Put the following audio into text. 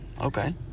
Okay